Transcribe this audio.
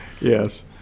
yes